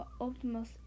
optimus